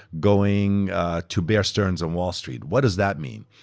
going to bear stearns and wall street. what does that mean?